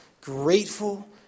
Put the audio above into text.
grateful